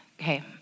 Okay